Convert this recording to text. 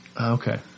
Okay